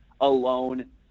alone